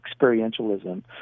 experientialism